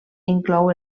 inclou